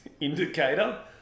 indicator